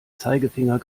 zeigefinger